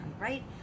right